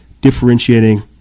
differentiating